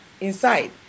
inside